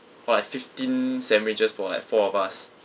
or like fifteen sandwiches for like four of us